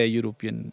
European